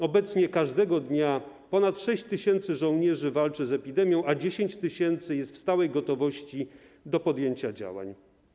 Obecnie każdego dnia ponad 6 tys. żołnierzy walczy z epidemią, a 10 tys. jest w stałej gotowości do podjęcia działań.